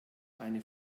eine